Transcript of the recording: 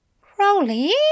Crowley